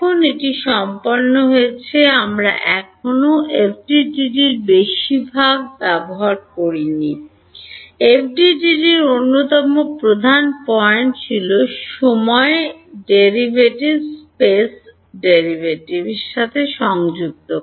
এখন এটি সম্পন্ন হয়েছে আমরা এখনও এফডিটিডি র বেশিরভাগ ব্যবহার করি নি এফডিটিডি অন্যতম প্রধান পয়েন্ট ছিল সময় ডেরাইভেটিভেসকে স্পেস ডেরাইভেটিভের সাথে সংযুক্ত করা